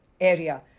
area